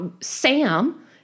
Sam